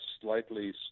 slightly